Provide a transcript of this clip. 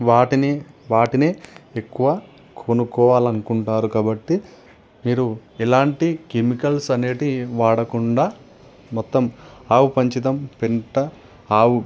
వాటిని వాటిని ఎక్కువ కొనుక్కోవాలి అనుకుంటారు కాబట్టి మీరు ఎలాంటి కెమికల్స్ అనేటివి వాడకుండా మొత్తం ఆవు పంచతం పెంట ఆవు